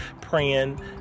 praying